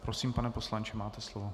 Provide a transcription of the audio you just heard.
Prosím, pane poslanče, máte slovo.